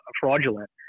fraudulent